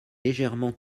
légèrement